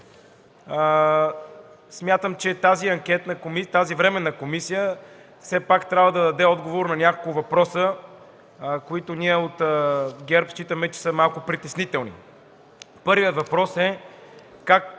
Смятам, че тази Временна анкетна комисия все пак трябва да даде отговор на няколко въпроса, които ние от ГЕРБ считаме, че са малко притеснителни. Първият въпрос е